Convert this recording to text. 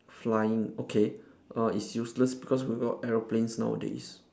flying okay uh it's useless because we got aeroplanes nowadays